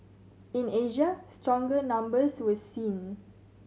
in Asia stronger numbers were seen